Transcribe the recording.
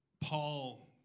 Paul